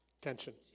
Tension